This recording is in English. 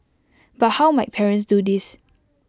but how might parents do this